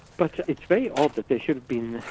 but it's very odd that there should have been,